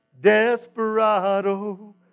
Desperado